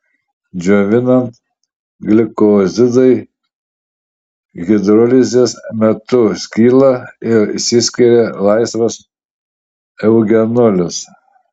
džiovinant glikozidai hidrolizės metu skyla ir išsiskiria laisvas eugenolis